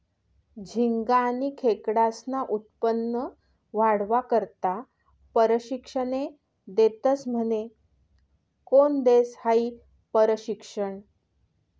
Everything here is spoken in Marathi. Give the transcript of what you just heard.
झिंगा आनी खेकडास्नं उत्पन्न वाढावा करता परशिक्षने देतस म्हने? कोन देस हायी परशिक्षन?